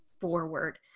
forward